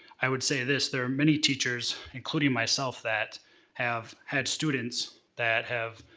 i would say this, there are many teachers, including myself, that have had students that have,